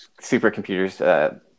supercomputers